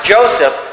Joseph